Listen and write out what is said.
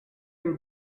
your